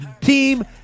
team